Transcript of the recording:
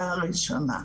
הנקודה הראשונה.